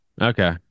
Okay